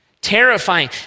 Terrifying